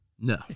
No